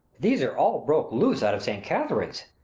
these are all broke loose, out of st. katherine's,